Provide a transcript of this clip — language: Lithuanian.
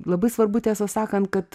labai svarbu tiesą sakant kad